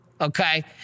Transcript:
Okay